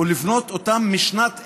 לבנות אותו משנת אפס.